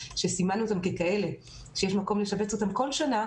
שסימנו אותם ככאלה שיש מקום לשבץ אותם כל שנה,